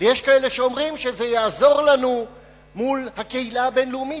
ויש כאלה שאומרים שזה יעזור לנו מול הקהילה הבין-לאומית.